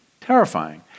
terrifying